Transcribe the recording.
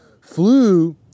flew